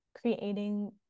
creating